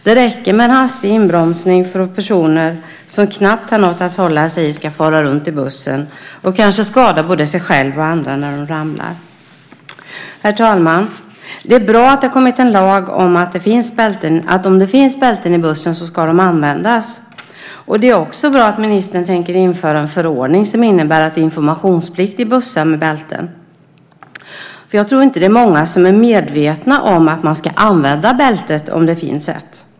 Det räcker med en hastig inbromsning för att personer som knappt har något att hålla sig i ska fara runt i bussen och kanske skada både sig själva och andra när de ramlar. Herr talman! Det är bra att det har kommit en lag om att om det finns bälten i bussen så ska de användas. Det är också bra att ministern tänker införa en förordning som innebär informationsplikt i bussar med bälten. Jag tror inte att det är många som är medvetna om att man ska använda bältet om det finns ett.